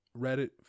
Reddit